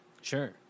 Sure